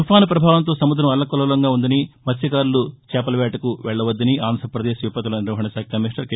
తుఫాను ప్రభావంతో సముద్దం అల్లకల్లోలంగా ఉందని మత్స్యకారులు వేటకు వెళ్లొద్దని ఆంధ్రప్రదేశ్ విపత్తుల నిర్వహణశాఖ కమిషనర్ కె